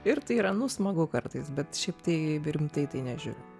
ir yra nu smagu kartais bet šiaip tai rimtai tai nežiūriu